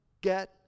get